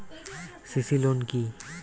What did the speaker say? CC loan কি?